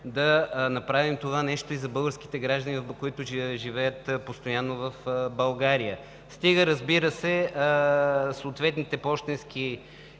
да направим това нещо и за българските граждани, които живеят постоянно в България стига, разбира се, съответните пощенски